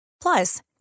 Plus